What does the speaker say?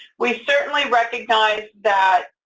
we certainly recognize that